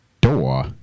door